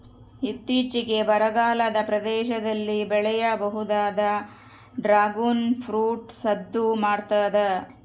ಇತ್ತೀಚಿಗೆ ಬರಗಾಲದ ಪ್ರದೇಶದಲ್ಲಿ ಬೆಳೆಯಬಹುದಾದ ಡ್ರಾಗುನ್ ಫ್ರೂಟ್ ಸದ್ದು ಮಾಡ್ತಾದ